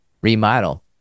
Remodel